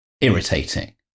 irritating